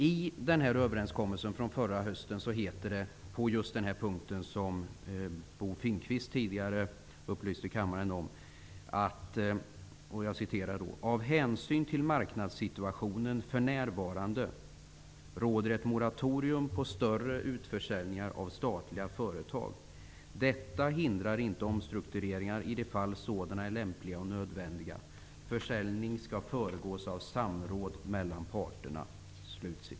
I den här överenskommelsen från förra hösten heter det, när det gäller den överenskommelse som Bo Finnkvist tidigare talade om: ''av hänsyn till marknadssituationen för närvarande råder ett moratorium på större utförsäljningar av statliga företag. Detta hindrar inte omstruktureringar i de fall sådana är lämpliga och nödvändiga. Försäljning skall föregås av samråd mellan parterna.''